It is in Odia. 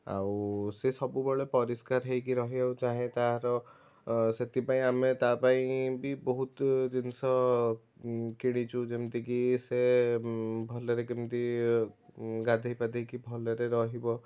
ଆଉ ସେ ସବୁବେଳେ ପରିସ୍କାର ହେଇକି ରହିବାକୁ ଚାହେଁ ତାର ସେଥିପାଇଁଁ ଆମେ ତା ପାଇଁ ବି ବହୁତ ଜିନିଷ କିଣିଛୁ ଯେମିତି କି ସେ ଭଲରେ କେମିତି ଗାଧେଇ ପାଧେଇକି ଭଲରେ ରହିବ